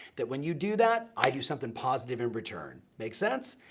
that when you do that, i do somethin' positive in return. make sense?